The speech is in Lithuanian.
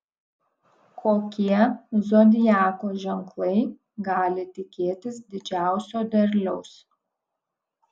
kokie zodiako ženklai gali tikėtis didžiausio derliaus